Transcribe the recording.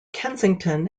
kensington